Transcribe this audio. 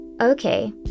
Okay